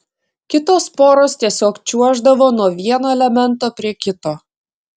kitos poros tiesiog čiuoždavo nuo vieno elemento prie kito